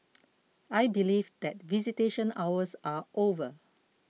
I believe that visitation hours are over